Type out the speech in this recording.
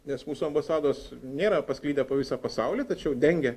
nes mūsų ambasados nėra pasklidę po visą pasaulį tačiau dengia